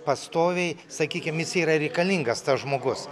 pastoviai sakykim jis yra reikalingas tas žmogus